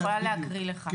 אני יכולה להקריא לך.